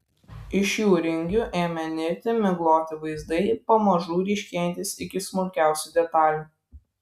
iš jų ringių ėmė nirti migloti vaizdai pamažu ryškėjantys iki smulkiausių detalių